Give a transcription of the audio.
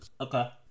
Okay